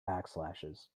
backslashes